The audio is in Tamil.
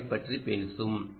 ஆரைப் பற்றி பேசும்